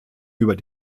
über